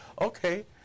Okay